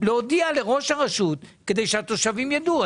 להודיע לראש הרשות כדי שהתושבים יידעו.